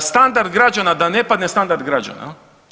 standard građana, da ne padne standard građana jel.